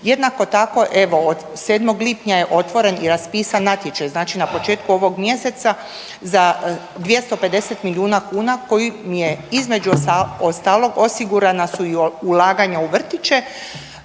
Jednako tako evo od 7. lipnja je otvoren i raspisan natječaj. Znači na početku ovog mjeseca za 250 milijuna kuna koji im je između ostalog osigurana su i ulaganja u vrtiće.